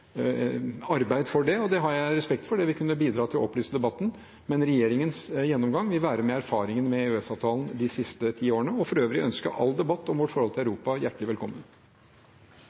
arbeid for det, og det har jeg respekt for, det vil kunne bidra til å opplyse debatten. Men regjeringens gjennomgang vil være med erfaringen med EØS-avtalen de siste ti årene, og for øvrig ønsker jeg all debatt om vårt forhold til Europa hjertelig velkommen.